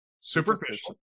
Superficial